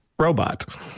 Robot